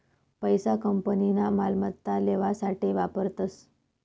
पैसा कंपनीना मालमत्ता लेवासाठे वापरतस